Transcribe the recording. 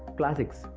classics,